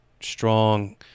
strong